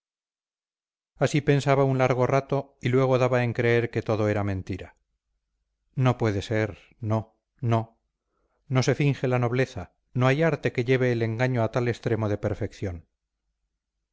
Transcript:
así pensaba un largo rato y luego daba en creer que todo era mentira no puede ser no no no se finge la nobleza no hay arte que lleve el engaño a tal extremo de perfección